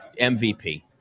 MVP